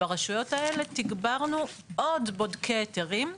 ברשויות האלה תגברנו עם בודקי היתרים,